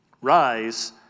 rise